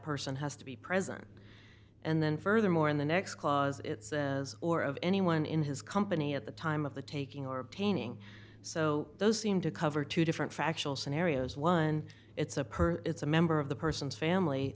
person has to be present and then furthermore in the next clause or of anyone in his company at the time of the taking or obtaining so those seem to cover two different factual scenarios one it's a perk it's a member of the person's family